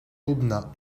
aubenas